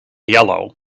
yellow